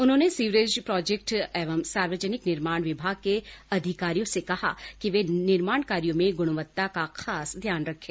उन्होंने sewerage project एवं सार्वजनिक निर्माण विभाग के अधिकारियों से कहा कि ये निर्माण कार्यों में गुणवत्ता का खास ध्यान रखें